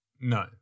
no